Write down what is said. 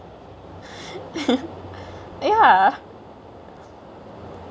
ya